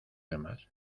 demás